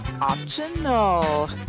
Optional